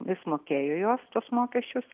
jis mokėjo juos tuos mokesčius